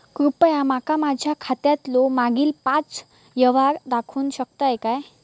कृपया माका माझ्या खात्यातलो मागील पाच यव्हहार दाखवु शकतय काय?